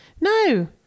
No